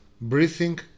breathing